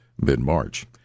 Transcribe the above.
mid-March